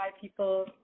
people